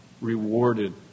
rewarded